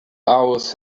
hours